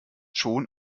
schon